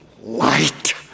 Light